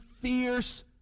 fierce